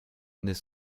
naît